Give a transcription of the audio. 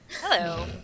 Hello